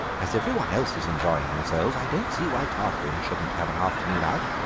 as every one else is enjoying themselves, i don't see why tarquin shouldn't have an afternoon out.